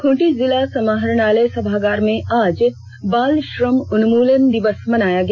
खूंटी जिला समाहरणालय सभागार में आज बाल श्रम उन्मूलन दिवस मनाया गया